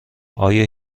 آیا